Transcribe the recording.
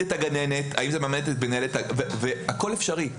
הכול אפשרי.